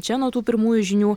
čia nuo tų pirmųjų žinių